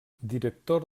director